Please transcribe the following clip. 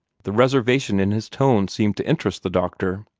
the reservation in his tone seemed to interest the doctor.